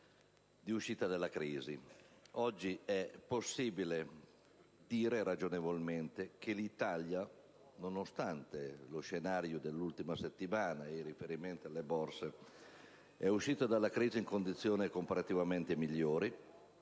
Oggi è possibile dire ragionevolmente che l'Italia, nonostante lo scenario dell'ultima settimana (il riferimento è alle Borse), è uscita dalla crisi in condizioni comparativamente migliori,